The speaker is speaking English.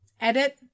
edit